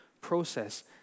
process